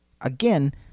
Again